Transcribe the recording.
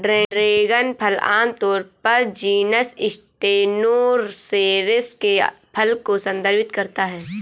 dragon फल आमतौर पर जीनस स्टेनोसेरेस के फल को संदर्भित करता है